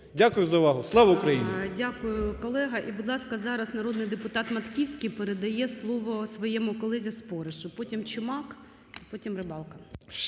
Дякую за увагу. Слава Україні! ГОЛОВУЮЧИЙ. Дякую, колего. І, будь ласка, зараз народний депутат Матківський передає слово своєму колезі Споришу. Потім Чумак, і потім Рибалка.